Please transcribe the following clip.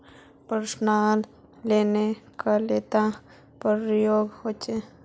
Personal loan कतेला प्रकारेर होचे?